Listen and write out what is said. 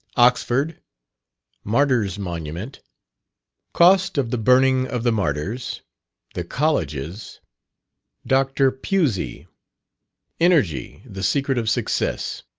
oxford martyrs' monument cost of the burning of the martyrs the colleges dr. pusey energy, the secret of success.